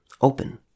open